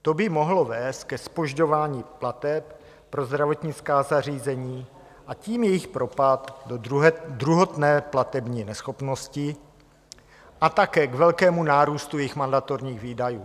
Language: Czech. To by mohlo vést ke zpožďování plateb pro zdravotnická zařízení, a tím jejich propadu do druhotné platební neschopnosti a také k velkému nárůstu jejich mandatorních výdajů.